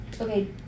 Okay